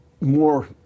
more